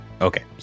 Okay